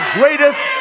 greatest